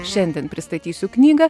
šiandien pristatysiu knygą